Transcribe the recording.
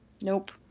Nope